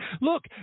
Look